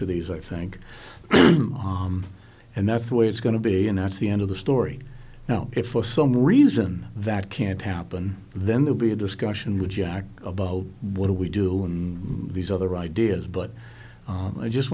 of these i think and that's the way it's going to be and that's the end of the story now if for some reason that can't happen then they'll be a discussion with jack about what do we do in these other ideas but i just